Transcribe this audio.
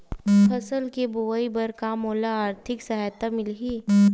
फसल के बोआई बर का मोला आर्थिक सहायता मिलही?